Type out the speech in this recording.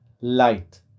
light